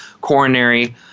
coronary